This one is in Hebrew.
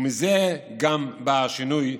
ומזה גם בא השינוי,